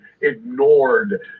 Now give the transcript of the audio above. ignored